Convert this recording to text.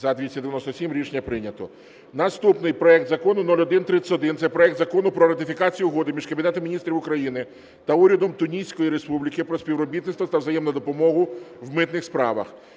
За-297 Рішення прийнято. Наступний проект Закону 0131. Це проект Закону про ратифікацію Угоди між Кабінетом Міністрів України та Урядом Туніської Республіки про співробітництво та взаємну допомогу в митних справах.